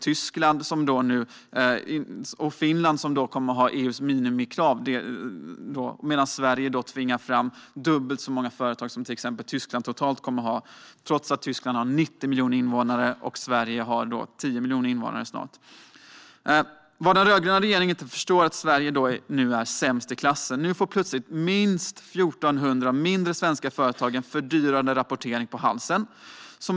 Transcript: Tyskland och Finland kommer nu att införa EU:s minimikrav medan Sverige tvingar dubbelt så många företag att hållbarhetsrapportera än vad Tyskland totalt gör, trots att Tyskland har 90 miljoner invånare och Sverige snart har 10 miljoner invånare. Vad den rödgröna regeringen inte förstår är att Sverige nu i stället är sämst i klassen. Nu får helt plötsligt minst 1 400 mindre svenska företag en fördyrande rapportering på halsen.